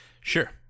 Sure